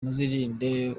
muzirinde